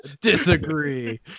Disagree